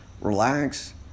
relax